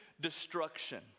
destruction